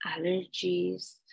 allergies